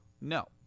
No